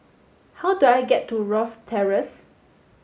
how do I get to Rosyth Terrace